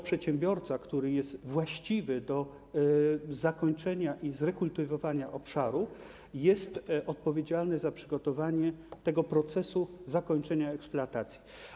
Przedsiębiorca, który jest właściwy do zakończenia i zrekultywowania obszaru, jest odpowiedzialny za przygotowanie procesu zakończenia eksploatacji.